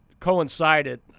coincided